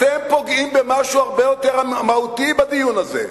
אתם פוגעים במשהו הרבה יותר מהותי בדיון הזה,